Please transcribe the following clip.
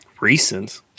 Recent